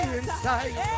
inside